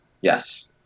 yes